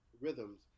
rhythms